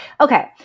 Okay